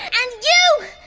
and you!